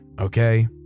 okay